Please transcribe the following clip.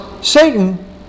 Satan